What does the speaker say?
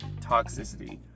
toxicity